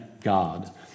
God